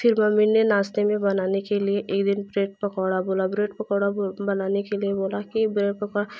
फ़िर मम्मी ने नास्ते में बनाने के लिए एक दिन ब्रेड पकौड़ा बोला ब्रेड पकौड़ा बनाने के लिए बोला की बेरेड पकौड़ा